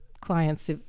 clients